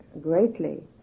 greatly